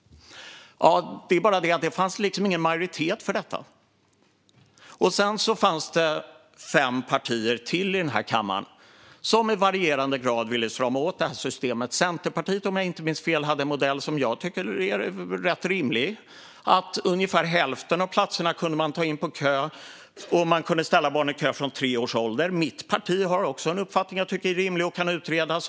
Det var bara det att det inte fanns någon majoritet för detta. Sedan fanns det fem partier till i den här kammaren som i varierande grad ville strama åt systemet. Centerpartiet, om jag inte minns fel, hade en modell som jag tycker är rätt rimlig: att man kunde ta in ungefär hälften av platserna på kö och ställa barn i kö från tre års ålder. Mitt parti har en uppfattning som jag också tycker är rimlig och kan utredas.